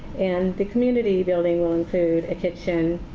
and the community building will include a kitchen,